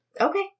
Okay